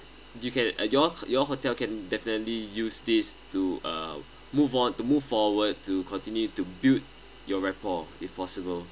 you get your your hotel can definitely use this to uh move on move forward to continue to build your rapport if possible